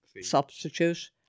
substitute